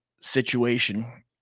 situation